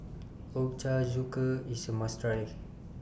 Ochazuke IS A must Try